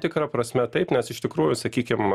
tikra prasme taip nes iš tikrųjų sakykim